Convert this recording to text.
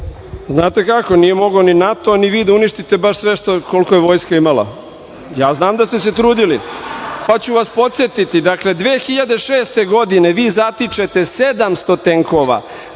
Znate kako, nije mogao ni NATO, ni vi da uništi baš sve koliko je Vojska imala. Ja znam da ste se trudili, pa ću vas podsetiti. Dakle, 2006. godine vi zatičete 700 tenkova,